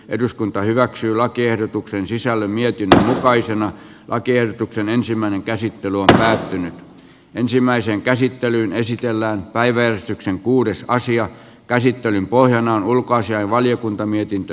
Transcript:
eduskunta hyväksyy lakiehdotukseen sisälly mietintö jokaisen lakiehdotuksen ensimmäinen käsittely on saatiin ensimmäiseen käsittelyyn esitellään päiväystyksen kuudessa asian käsittelyn pohjana on ulkoasiainvaliokunnan mietintö